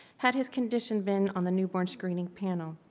had his condition been on the newborn screening panel.